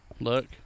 Look